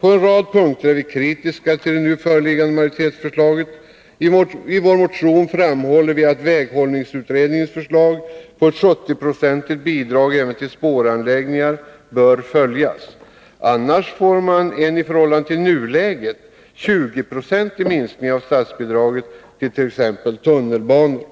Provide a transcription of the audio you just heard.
På en rad punkter är vi kritiska till det nu föreliggande majoritetsförslaget. Vi påpekar i motionen att väghållningsutredningens förslag om ett 70-procentigt bidrag även till spåranläggningar bör följas. Annars får man en i förhållande till nuläget 20-procentig minskning av statsbidraget till exempelvis tunnelbanor.